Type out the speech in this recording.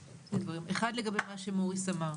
אחת לגבי מה שמוריס אמר.